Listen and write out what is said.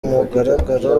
mugaragaro